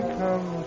come